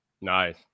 nice